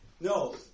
No